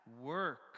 work